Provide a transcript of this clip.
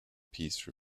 peace